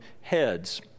heads